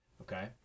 okay